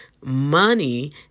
money